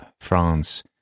France